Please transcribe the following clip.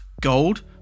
Gold